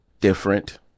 different